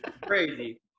Crazy